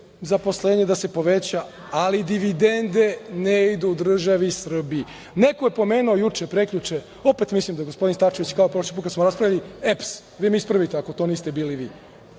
zaposlenje da se poveća, ali dividende ne idu državi Srbiji. Neko je pomenuo juče, prekjuče, opet mislim da je gospodin Starčević, kao prošli put kada smo raspravljali, EPS. Vi me ispravite, ako to niste bili vi.